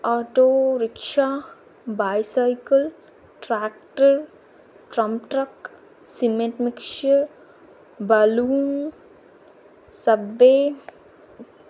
auto rickshaw bicycle tractor truck cement mixture బలూ subway